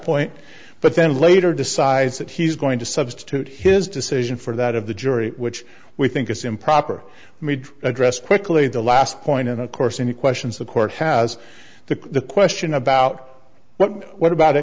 point but then later decides that he's going to substitute his decision for that of the jury which we think is improper me address quickly the last point and of course any questions the court has the question about well what about